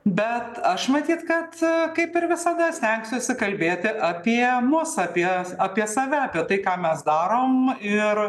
bet aš matyt kad kaip ir visada stengsiuosi kalbėti apie mus apie apie save apie tai ką mes darom ir